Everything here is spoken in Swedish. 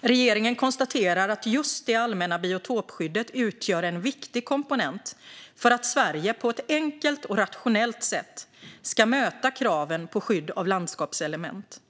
Regeringen konstaterar att just det allmänna biotopskyddet utgör en viktig komponent för att Sverige på ett enkelt och rationellt sätt ska möta kraven på skydd av landskapselement.